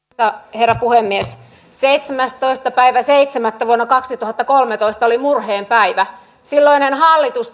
herra puhemies seitsemästoista seitsemättä vuonna kaksituhattakolmetoista oli murheen päivä silloinen hallitus